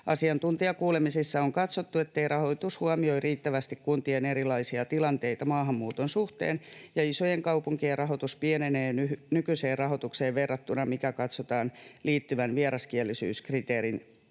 Asiantuntijakuulemisissa on katsottu, ettei rahoitus huomioi riittävästi kuntien erilaisia tilanteita maahanmuuton suhteen ja isojen kaupunkien rahoitus pienenee nykyiseen rahoitukseen verrattuna, minkä katsotaan liittyvän vieraskielisyyskriteerin